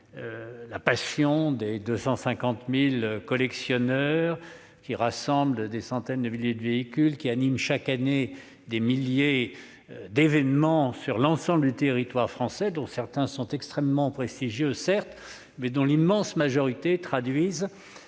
la passion des 250 000 collectionneurs qui rassemblent des centaines de milliers de véhicules et animent chaque année des milliers d'événements sur l'ensemble du territoire français, dont certains sont certes extrêmement prestigieux, mais dont l'immense majorité traduit